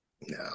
No